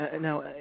Now